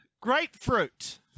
Grapefruit